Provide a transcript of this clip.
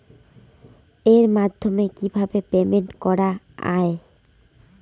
এর মাধ্যমে কিভাবে পেমেন্ট করা য়ায়?